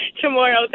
tomorrow